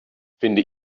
finde